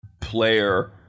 player